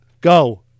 Go